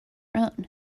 own